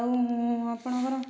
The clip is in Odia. ଆଉ ଆପଣଙ୍କର